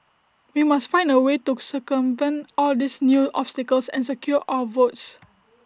we must find A way to circumvent all these new obstacles and secure our votes